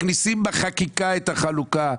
מכניסים בחקיקה את החלוקה.